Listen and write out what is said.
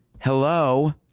hello